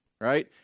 right